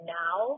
now